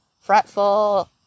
fretful